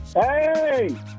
Hey